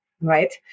right